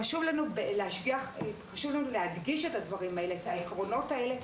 חשוב לנו להדגיש את העקרונות האלה,